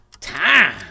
Time